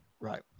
Right